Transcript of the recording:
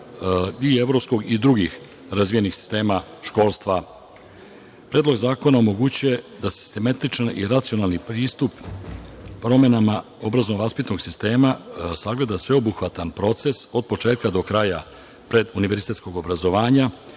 i evropskog i drugih razvijenih sistema školstva. Predlog zakona omogućuje da se sistematični i racionalni pristup promena obrazovno-vaspitnog sistema sagleda sveobuhvatan proces, od početka do kraja preduniverzitetskog obrazovanja,